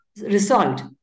resolved